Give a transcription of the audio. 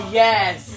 yes